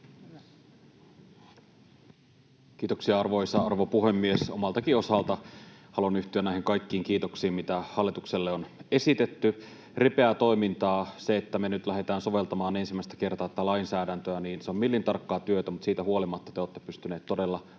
Kiitoksia, arvoisa rouva puhemies! Omaltakin osaltani haluan yhtyä näihin kaikkiin kiitoksiin, mitä hallitukselle on esitetty. Ripeää toimintaa. Se, että me nyt lähdetään soveltamaan ensimmäistä kertaa tätä lainsäädäntöä, on millintarkkaa työtä, mutta siitä huolimatta te olette pystyneet todella